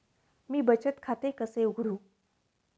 मी बचत खाते कसे उघडू?